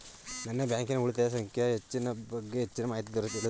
ನನ್ನ ಬ್ಯಾಂಕಿನ ಉಳಿತಾಯ ಸಂಖ್ಯೆಯ ಬಗ್ಗೆ ಹೆಚ್ಚಿನ ಮಾಹಿತಿ ಎಲ್ಲಿ ದೊರೆಯುತ್ತದೆ?